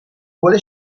vuole